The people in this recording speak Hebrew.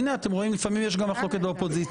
הינה, אתם רואים, לפעמים יש מחלוקת גם באופוזיציה.